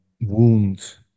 wounds